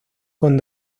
con